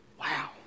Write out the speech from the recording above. Wow